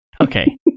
Okay